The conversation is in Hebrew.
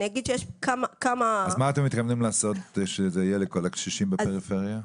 מה אתם מתכוונים לעשות שזה יהיה לכל הקשישים בפריפריה?